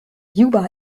juba